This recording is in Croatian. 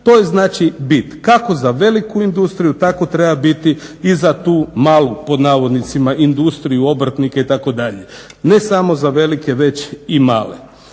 To je znači bit, kako za veliku industriju tako treba biti i za tu malu industriju, obrtnike itd. Ne samo za velike već i male.